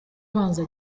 abanza